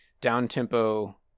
down-tempo